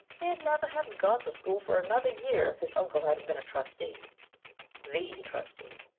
he'd never have got the school for another year if his uncle hadn't been a trustee the trustee,